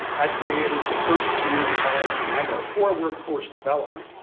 i created the first community college in idaho for workforce development,